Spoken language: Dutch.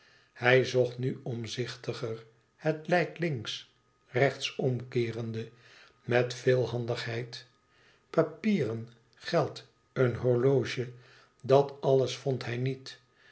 hij zocht nu omzichtiger het lijk links rechts omkeerende met veel handigheid papieren geld een horloge dat alles vond hij niet